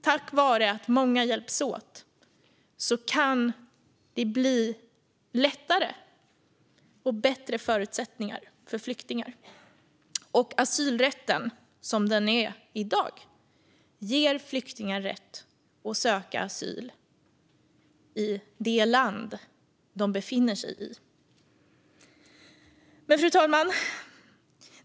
Tack vare att många hjälps åt kan det bli lättare och bättre förutsättningar för flyktingar. Asylrätten så som den ser ut i dag ger flyktingar rätt att söka asyl i det land de befinner sig i. Fru talman!